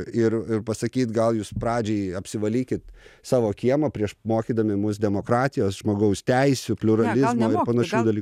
ir ir pasakyt gal jūs pradžiai apsivalykit savo kiemą prieš mokydami mus demokratijos žmogaus teisių pliuralizmo ir panašių dalykų